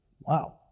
Wow